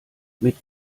mit